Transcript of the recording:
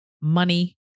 money